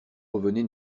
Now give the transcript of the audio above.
revenez